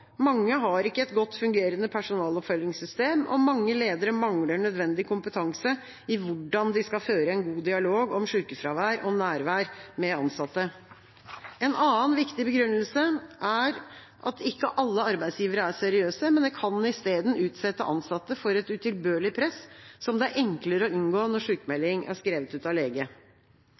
mange har ikke et godt fungerende personaloppfølgingssystem, og mange ledere mangler nødvendig kompetanse i hvordan de skal føre en god dialog om sykefravær og nærvær med ansatte. En annen viktig begrunnelse er at ikke alle arbeidsgivere er seriøse, men kan i stedet utsette ansatte for et utilbørlig press, som det er enklere å unngå når sykmelding er skrevet ut av lege.